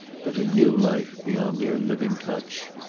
but a new life beyond their living touch,